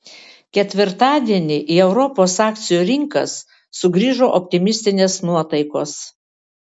ketvirtadienį į europos akcijų rinkas sugrįžo optimistinės nuotaikos